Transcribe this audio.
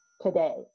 today